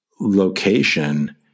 location